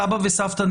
סבא וסבתא,